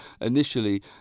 initially